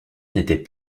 n’était